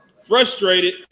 Frustrated